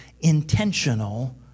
intentional